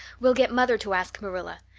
we'll get mother to ask marilla.